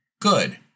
good